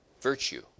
virtue